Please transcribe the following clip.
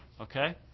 okay